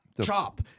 chop